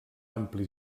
ampli